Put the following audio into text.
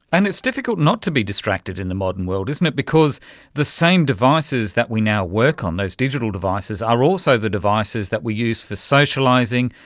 and it's difficult not to be distracted in the modern world isn't it, because the same devices that we now work on, those digital devices, are also the devices that we use for socialising,